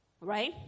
Right